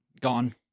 gone